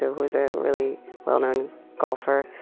who's a really well known golfer,